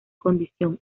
condición